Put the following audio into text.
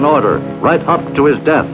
in order right up to his death